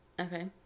Okay